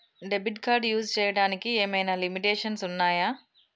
Debit card use చేయడానికి ఏమైనా limitations ఉన్నాయా?